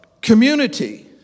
community